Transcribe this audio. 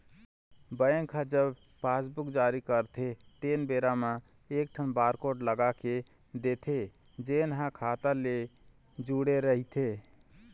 bank ह जब passbook जारी करथे तेन बेरा म एकठन बारकोड लगा के देथे जेन ह खाता ले जुड़े रहिथे